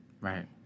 Right